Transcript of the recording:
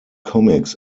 comics